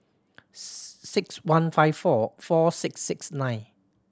six one five four four six six nine